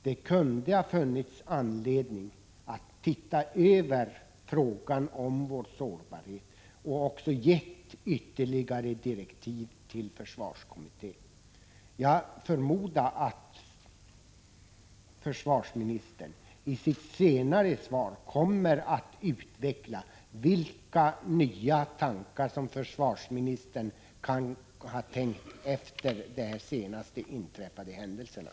Det kunde ha funnits anledning att se över frågan om vår sårbarhet och också att ge ytterligare direktiv till försvarskommittén. Jag förmodar att försvarsministern i sitt senare svar kommer att utveckla vilka nya tankar som försvarsministern kan ha tänkt efter de senast inträffade händelserna.